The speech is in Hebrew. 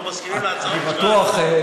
אני בטוח,